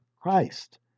Christ